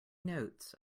notes